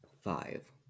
Five